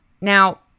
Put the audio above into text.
Now